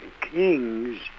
kings